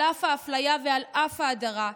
על אף האפליה ועל אף ההדרה,